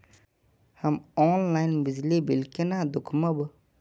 हम ऑनलाईन बिजली बील केना दूखमब?